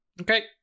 Okay